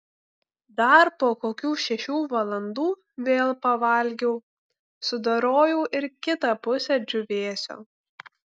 dar po kokių šešių valandų vėl pavalgiau sudorojau ir kitą pusę džiūvėsio